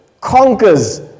conquers